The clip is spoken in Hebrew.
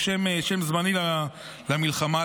זה שם זמני למלחמה,